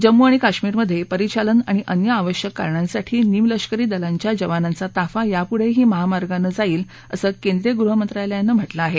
जम्मू आणि काश्मीरमध्ये परिचालन आणि अन्य आवश्यक कारणांसाठी निमलष्करी दलांच्या जवानांचा ताफा यापुढेही महामार्गानं जाईल असं केंद्रीय गृहमंत्रालयानं म्हटलं आहे